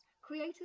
Create